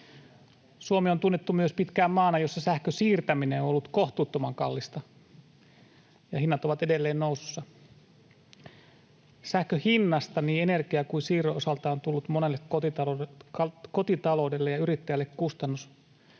Suomi on tunnettu myös pitkään maana, jossa sähkön siirtäminen on ollut kohtuuttoman kallista, ja hinnat ovat edelleen nousussa. Sähkön hinnasta niin energian kuin siirron osalta on tullut monelle kotitaloudelle ja yrittäjälle kustannus,